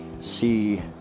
see